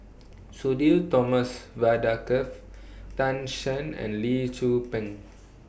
Sudhir Thomas Vadaketh Tan Shen and Lee Tzu Pheng